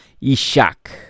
Ishak